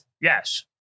Yes